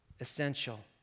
essential